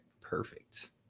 Perfect